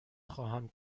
خواهم